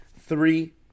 three